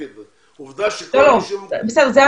לא, זה בעיה ספציפית.